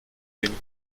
den